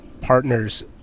partners